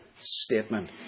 statement